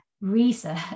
research